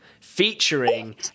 featuring